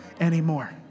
anymore